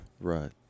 Right